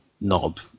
knob